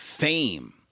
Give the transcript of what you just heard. Fame